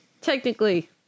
technically